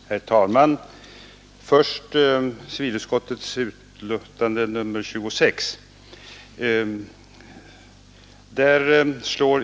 Herr talman! Först några ord om civilutskottets betänkande nr 26.